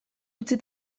utzia